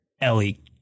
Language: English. Ellie